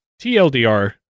TLDR